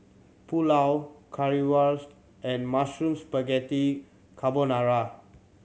Pulao Currywurst and Mushroom Spaghetti Carbonara